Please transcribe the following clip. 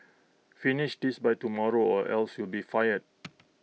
finish this by tomorrow or else you'll be fired